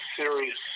serious